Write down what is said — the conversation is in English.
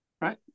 Right